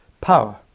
power